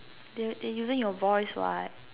they using your voice what